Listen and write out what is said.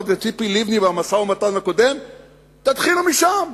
וציפי לבני במשא-ומתן הקודם תתחילו משם,